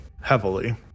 heavily